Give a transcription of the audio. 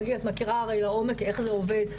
את מכירה הרי לעומק איך זה עובד,